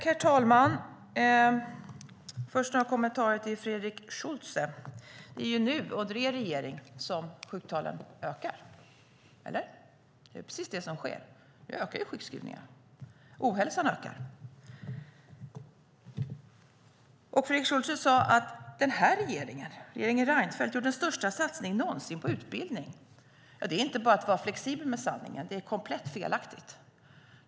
Herr talman! Jag har först några kommentarer till Fredrik Schulte. Det är nu, under er regering, sjukskrivningstalen ökar - eller? Det är precis det som sker; sjukskrivningarna ökar, och ohälsan ökar. Fredrik Schulte sade att regeringen Reinfeldt har gjort den största satsningen någonsin på utbildning. Det är inte bara att vara flexibel med sanningen, utan det är komplett felaktigt.